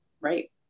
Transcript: Right